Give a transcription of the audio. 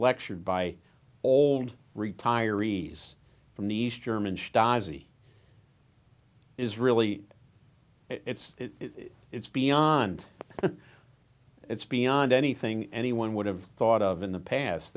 lectured by old retirees from the east germans dies he is really it's it's beyond it's beyond anything anyone would have thought of in the past